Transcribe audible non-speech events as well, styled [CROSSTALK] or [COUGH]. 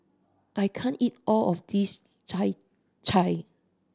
I can't eat all of this [UNINTELLIGIBLE]